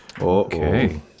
Okay